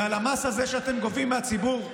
והמס הזה שאתם גובים מהציבור,